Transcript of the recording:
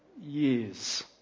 years